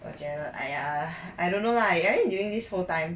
我觉得 !aiya! I don't know lah I mean during this whole time